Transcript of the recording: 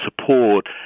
support